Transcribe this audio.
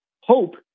Hope